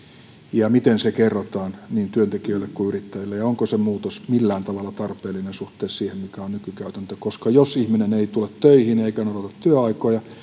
muuttuu miten se kerrotaan niin työntekijöille kuin yrittäjille ja onko se muutos millään tavalla tarpeellinen suhteessa siihen mikä on nykykäytäntö jos ihminen ei tule töihin eikä noudata työaikoja ja